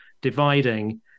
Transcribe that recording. dividing